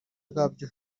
bwabyo